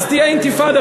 אז תהיה אינתיפאדה.